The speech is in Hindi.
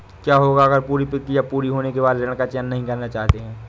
क्या होगा अगर हम पूरी प्रक्रिया पूरी होने के बाद ऋण का चयन नहीं करना चाहते हैं?